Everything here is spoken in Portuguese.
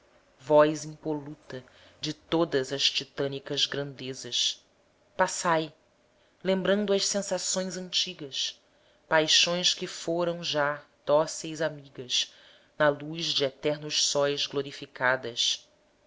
voz impoluta de sodas as titânicas grandezas passai lembrando as sensações antigas paixões que foram já dóceis amigas na luz de eternos sóis glorificadas